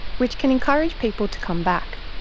which can encourage people to come back.